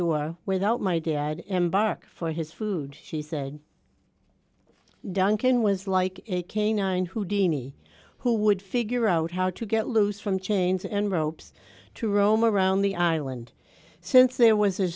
door without my dad embark for his food she said duncan was like a king nine houdini who would figure out how to get loose from chains and ropes to roam around the island since there was a